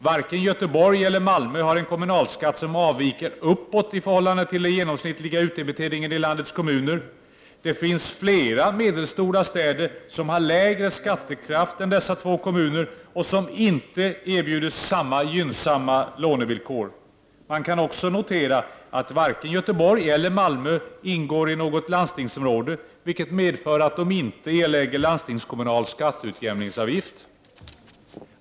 Varken Göteborg eller Malmö har en kommunalskatt som avviker uppåt i förhållande till den genomsnittliga utdebiteringen i landets kommuner. Det finns flera medelstora städer som har lägre skattekraft än dessa två kommuner och som inte erbjuds samma gynnsamma lånevillkor. Man kan också notera att varken Göteborg eller Malmö ingår i något landstingsområde, vilket medför att de inte erlägger landstingskommunal skatteutjämningsavgift.